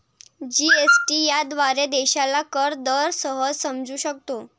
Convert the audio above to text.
GST याद्वारे देशाला कर दर सहज समजू शकतो